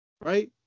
right